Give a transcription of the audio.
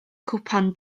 cwpan